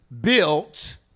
built